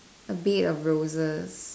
a bed of roses